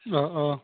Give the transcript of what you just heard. ओह ओह